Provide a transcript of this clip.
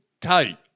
tight